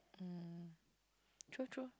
mm true true